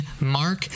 Mark